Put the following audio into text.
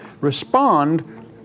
respond